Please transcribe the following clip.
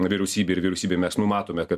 vyriausybei ir vyriausybėj mes numatome kad